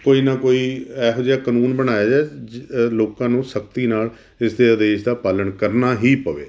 ਕੋਈ ਨਾ ਕੋਈ ਇਹੋ ਜਿਹਾ ਕਾਨੂੰਨ ਬਣਾਇਆ ਜਾ ਲੋਕਾਂ ਨੂੰ ਸਖਤੀ ਨਾਲ ਇਸਦੇ ਆਦੇਸ਼ ਦਾ ਪਾਲਣ ਕਰਨਾ ਹੀ ਪਵੇ